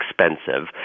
expensive